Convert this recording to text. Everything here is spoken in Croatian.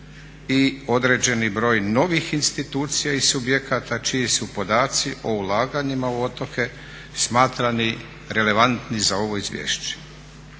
i određeni broj novih institucija i subjekata čiji su podaci u ulaganjima u otoke smatrani relevantni za ovo izvješće.